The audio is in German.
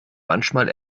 manchmal